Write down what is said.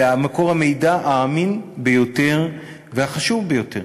למקור המידע האמין ביותר והחשוב ביותר